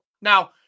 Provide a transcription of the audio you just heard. Now